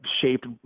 shaped